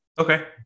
okay